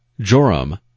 Joram